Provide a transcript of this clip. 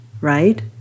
right